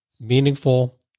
meaningful